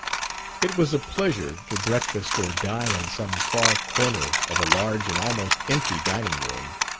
it was a pleasure to breakfast or dine in some far corner of a large and almost empty dining-room.